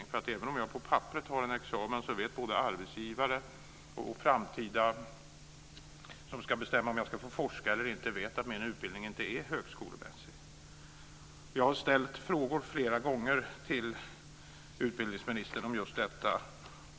De säger att även om de på papperet har en examen så vet både arbetsgivare och de som i framtiden ska bestämma om de ska få forska eller inte att högskoleutbildningen inte är högskolemässig. Jag har ställt frågor flera gånger till utbildningsministern om just detta.